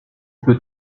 peux